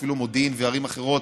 אפילו מודיעין וערים אחרות,